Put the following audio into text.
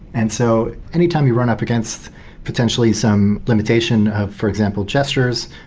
and so anytime you run up against potentially some limitation of, for example, gestures,